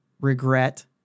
regret